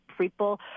People